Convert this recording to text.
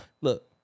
look